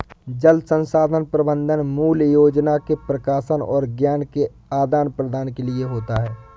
जल संसाधन प्रबंधन मूल योगदान के प्रकाशन और ज्ञान के आदान प्रदान के लिए होता है